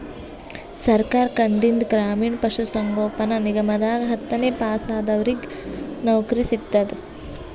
ಸರ್ಕಾರ್ ಕಡೀನ್ದ್ ಗ್ರಾಮೀಣ್ ಪಶುಸಂಗೋಪನಾ ನಿಗಮದಾಗ್ ಹತ್ತನೇ ಪಾಸಾದವ್ರಿಗ್ ನೌಕರಿ ಸಿಗ್ತದ್